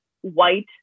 white